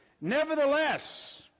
Nevertheless